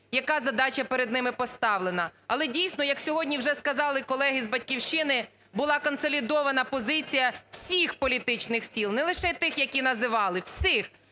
яка задача перед ними поставлена. Але, дійсно, як сьогодні вже сказали колеги з "Батьківщини", була консолідована позиція всіх політичних сил, не лише тих, які називали, всіх